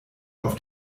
auf